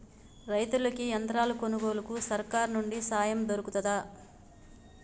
రైతులకి యంత్రాలు కొనుగోలుకు సర్కారు నుండి సాయం దొరుకుతదా?